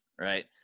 right